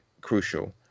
crucial